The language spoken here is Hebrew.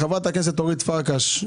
חברת הכנסת אורית פרקש,